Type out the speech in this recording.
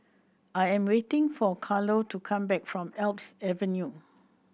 I am waiting for Carlo to come back from Alps Avenue